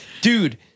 dude